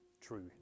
true